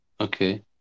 Okay